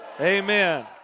Amen